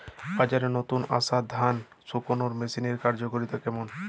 বাজারে নতুন আসা ধান শুকনোর মেশিনের কার্যকারিতা কেমন?